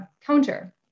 counter